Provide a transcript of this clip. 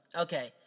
Okay